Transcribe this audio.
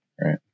right